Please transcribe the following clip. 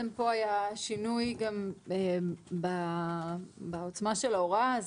היה שינוי גם בעוצמה של ההוראה.